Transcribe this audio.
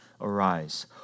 Arise